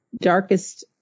darkest